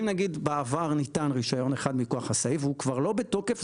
אם נגיד בעבר ניתן רישיון אחד מכוח הסעיף והוא כבר לא בתוקף,